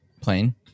plane